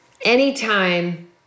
Anytime